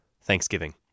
Thanksgiving